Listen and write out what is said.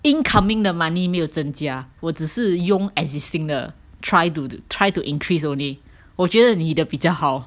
incoming 的 money 没有增加我只是用 existing 的 try to try to increase only 我觉得你的比较好